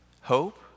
hope